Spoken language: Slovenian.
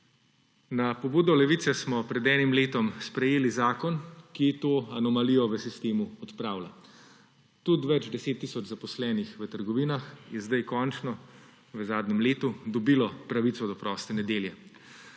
Na pobudo Levice smo pred enim letom sprejeli zakon, ki to anomalijo v sistemu odpravlja. Tudi več deset tisoč zaposlenih v trgovinah je zdaj končno, v zadnjem letu, dobilo pravico do proste nedelje.